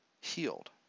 healed